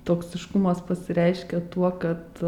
toksiškumas pasireiškia tuo kad